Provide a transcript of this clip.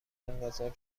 انقضا